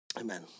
Amen